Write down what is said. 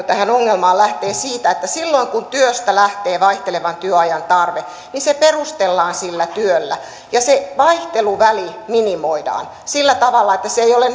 tähän ongelmaan lähtee siitä että silloin kun työstä lähtee vaihtelevan työajan tarve se perustellaan sillä työllä ja se vaihteluväli minimoidaan sillä tavalla että se ei ole